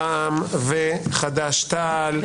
רע"מ וחד"ש-תע"ל.